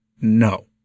no